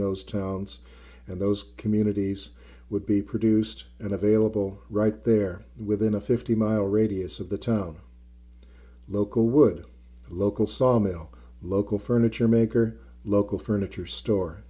those towns and those communities would be produced and available right there within a fifty mile radius of the town local would local sawmill local furniture maker local furniture store